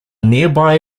nearby